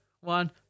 one